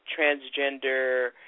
transgender